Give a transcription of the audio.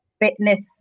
fitness